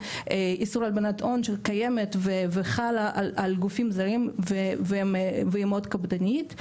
איסור הלבנת הון שקיימת וחלה על גופים זרים והיא מאוד קפדנית.